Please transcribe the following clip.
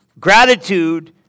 Gratitude